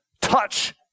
touch